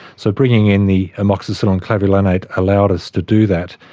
so bringing in the amoxicillin clavulanate allowed us to do that,